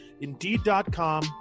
indeed.com